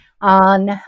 on